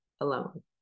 alone